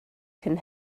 can